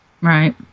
Right